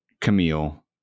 Camille